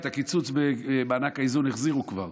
את הקיצוץ במענקי איזון החזירו כבר,